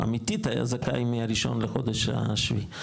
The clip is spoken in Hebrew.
הוא אמיתית היה זכאי מה-1 לחודש ה-7.